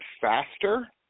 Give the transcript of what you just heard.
faster